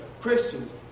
Christians